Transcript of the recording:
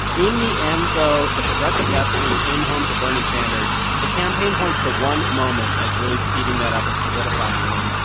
in the end, though, the progressive left really came home to bernie sanders the campaign points to one moment as really speeding that up and solidifying them,